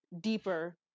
deeper